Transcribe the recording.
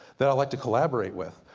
that i like to collaborate with.